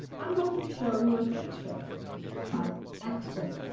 i'm going to show you a picture of x-rays.